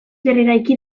berreraiki